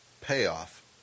payoff